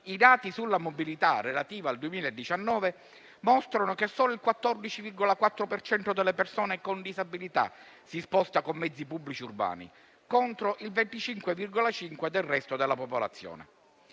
i dati sulla mobilità relativi al 2019 mostrano che solo il 14,4 per cento delle persone con disabilità si sposta con mezzi pubblici urbani, contro il 25,5 del resto della popolazione.